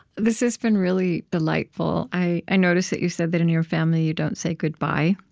this has been really delightful. i i notice that you said that in your family you don't say goodbye,